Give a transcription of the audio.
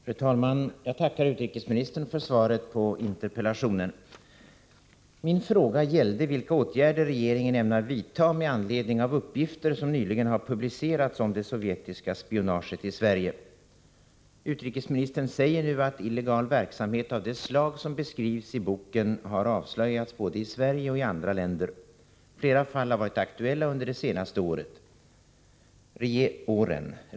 Fru talman! Jag tackar utrikesministern för svaret på min interpellation. Min fråga gällde vilka åtgärder regeringen ämnar vidtaga med anledning av uppgifter som nyligen publicerats om det sovjetiska spionaget i Sverige. Utrikesministern säger nu att illegal verksamhet av det slag som beskrivs i boken har avslöjats både i Sverige och i andra länder. Flera fall har varit aktuella under de senaste åren.